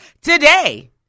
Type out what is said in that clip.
today